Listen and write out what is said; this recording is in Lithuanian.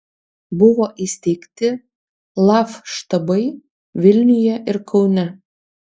buvo įsteigti laf štabai vilniuje ir kaune